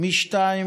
התש"ף